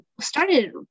started